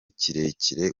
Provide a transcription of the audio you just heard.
kirekire